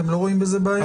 אתם לא רואים בזה בעיה?